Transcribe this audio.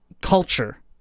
culture